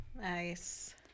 Nice